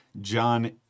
John